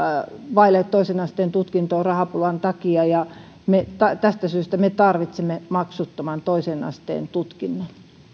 vaille toisen asteen tutkintoa rahapulan takia ja tästä syystä me tarvitsemme maksuttoman toisen asteen tutkinnon